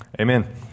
Amen